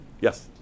Yes